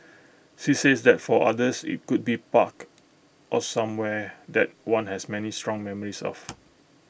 she says that for others IT could be park or somewhere that one has many strong memories of